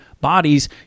bodies